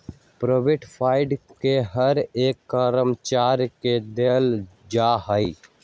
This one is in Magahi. प्रोविडेंट फंड के हर एक कर्मचारी के देल जा हई